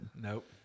nope